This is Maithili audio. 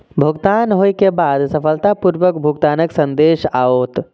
भुगतान होइ के बाद सफलतापूर्वक भुगतानक संदेश आओत